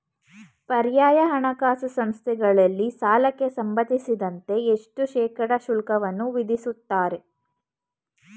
ಪರ್ಯಾಯ ಹಣಕಾಸು ಸಂಸ್ಥೆಗಳಲ್ಲಿ ಸಾಲಕ್ಕೆ ಸಂಬಂಧಿಸಿದಂತೆ ಎಷ್ಟು ಶೇಕಡಾ ಶುಲ್ಕವನ್ನು ವಿಧಿಸುತ್ತಾರೆ?